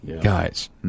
guys